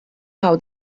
how